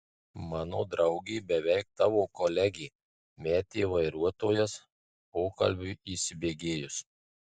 mano draugė beveik tavo kolegė metė vairuotojas pokalbiui įsibėgėjus